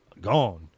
Gone